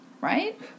right